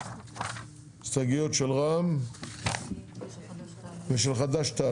הסתייגויות של רע"מ ושל חד"ש-תע"ל,